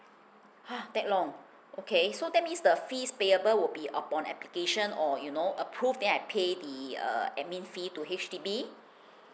!huh! that long okay so that means the fees payable would be upon application or you know approve then I pay the uh admin fee to H_D_B